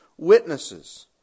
witnesses